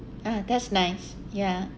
ah that's nice ya